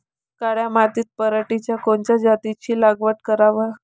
काळ्या मातीत पराटीच्या कोनच्या जातीची लागवड कराव?